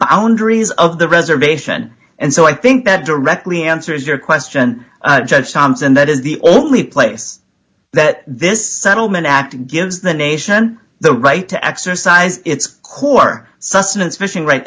boundaries of the reservation and so i think that directly answers your question judge thomas and that is the only place that this settlement act gives the nation the right to exercise its core sustenance fishing right